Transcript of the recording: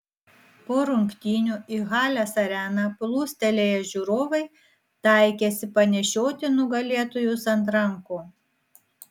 po rungtynių į halės areną plūstelėję žiūrovai taikėsi panešioti nugalėtojus ant rankų